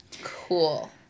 Cool